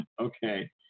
Okay